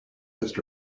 just